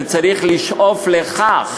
וצריך לשאוף לכך